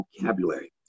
vocabulary